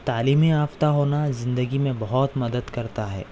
تعلیم یافتہ ہونا زندگی میں بہت مدد کرتا ہے